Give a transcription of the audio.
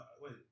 Wait